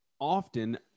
Often